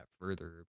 further